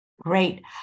Great